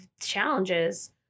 challenges